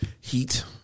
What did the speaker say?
heat